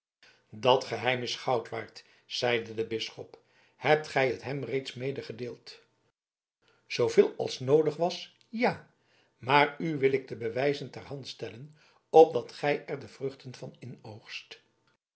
dat geheim is goud waardig zeide de bisschop hebt gij het hem reeds medegedeeld zooveel als noodig was ja maar u wil ik de bewijzen ter hand stellen opdat gij er de vruchten van inoogst